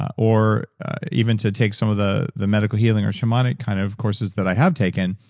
ah or even to take some of the the medical healing or shamanic kind of courses that i have taken,